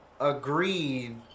agreed